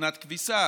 מכונת כביסה,